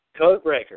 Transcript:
Codebreaker